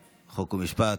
חוק ומשפט,